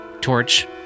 torch